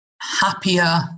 happier